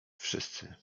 wszyscy